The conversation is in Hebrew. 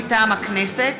מטעם הכנסת,